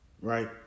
Right